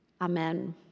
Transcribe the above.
Amen